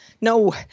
No